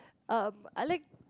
um I like